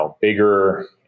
bigger